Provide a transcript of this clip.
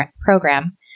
program